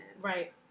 Right